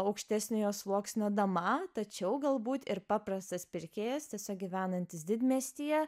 aukštesniojo sluoksnio dama tačiau galbūt ir paprastas pirkėjas tiesiog gyvenantis didmiestyje